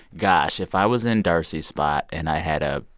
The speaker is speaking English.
gosh. if i was in d'arcy's spot and i had a